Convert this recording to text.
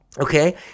Okay